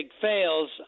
fails